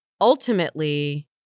ultimately